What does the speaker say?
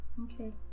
okay